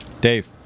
Dave